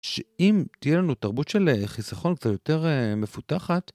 שאם תהיה לנו תרבות של חיסכון קצת יותר מפותחת